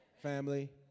family